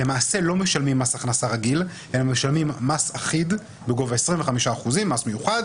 למעשה לא משלמים מס הכנסה רגיל אלא משלמים מס אחיד בגובה 25% - מס מיוחד